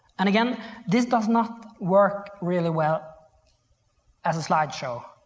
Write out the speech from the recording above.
and again this does not work really well as a slide show,